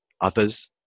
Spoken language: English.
others